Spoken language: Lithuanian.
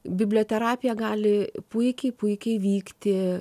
biblioterapija gali puikiai puikiai vykti